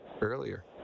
earlier